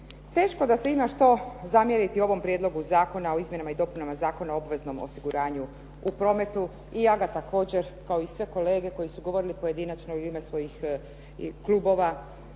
Teško da se ima što zamjeriti ovom Prijedlogu zakona o izmjenama i dopunama Zakona o obveznom osiguranju u prometu i ja ga također, kao i sve kolege koji su govorili pojedinačno i u ime svojih klubova